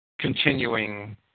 Continuing